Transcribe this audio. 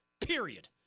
period